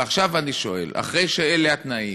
ועכשיו אני שואל: אחרי שאלה התנאים,